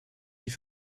die